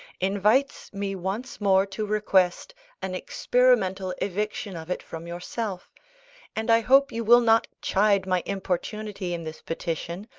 invites me once more to request an experimental eviction of it from yourself and i hope you will not chide my importunity in this petition,